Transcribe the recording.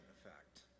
effect